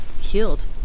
healed